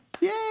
Yay